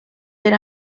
per